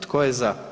Tko je za?